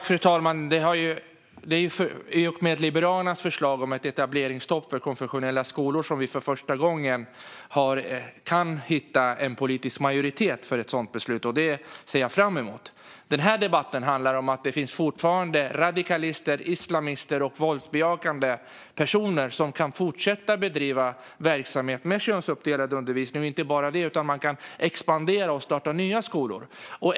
Fru talman! Det är i och med Liberalernas förslag om ett etableringsstopp för konfessionella skolor som vi för första gången kan hitta en politisk majoritet för ett sådant beslut, och det ser jag fram emot. Den här debatten handlar om att det fortfarande finns radikalister, islamister och våldsbejakande personer som kan fortsätta bedriva verksamhet med könsuppdelad undervisning. Och inte bara det, de kan också expandera och starta nya skolor.